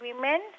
women